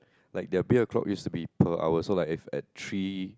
like the beer clock used to be per hour so like if at three